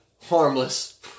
Harmless